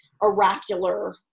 oracular